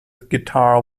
guitar